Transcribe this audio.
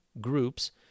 groups